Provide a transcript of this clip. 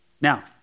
Now